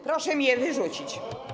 Proszę mnie wyrzucić.